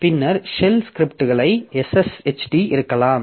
பின்னர் shell script sshd இருக்கலாம்